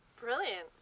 Brilliant